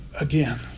again